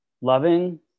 loving